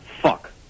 Fuck